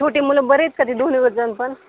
छोटी मुलं बरी आहेत का ती दोन व जण पण